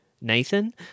Nathan